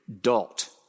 dot